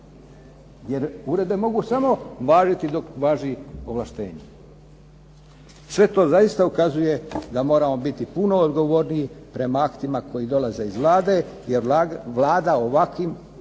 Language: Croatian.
Jer uredbe mogu važiti samo dok važi ovlaštenje. Sve to zaista ukazuje da moramo biti puno odgovorniji prema aktima koji dolaze iz Vlade, jer Vlada ovakvim aktima